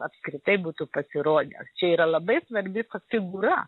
apskritai būtų pasirodęs čia yra labai svarbi figūra